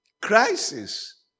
Crisis